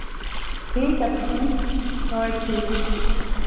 ᱴᱷᱤᱠ ᱟᱪᱪᱷᱮ ᱦᱮᱸ ᱦᱳᱭ ᱴᱷᱤᱠ